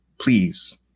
Please